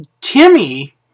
Timmy